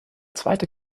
zweite